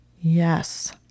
Yes